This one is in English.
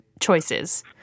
choices